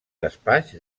despatx